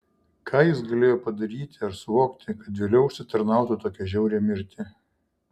ką jis galėjo padaryti ar suvokti kad vėliau užsitarnautų tokią žiaurią mirtį